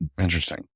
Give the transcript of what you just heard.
Interesting